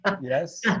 Yes